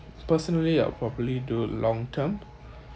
personally I'll probably do long term